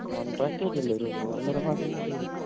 കോൺട്രാക്റ്റായിട്ടല്ലേ ഒരൊന്നൊന്നര മാസംകൊണ്ടു തീർക്കാം